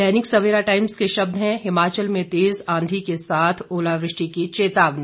दैनिक Savera Times के शब्द हैं हिमाचल में तेज आंधी के साथ ओलावृष्टि की चेतावनी